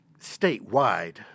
statewide